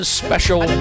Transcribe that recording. special